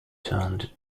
turned